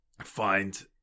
find